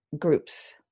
groups